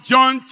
John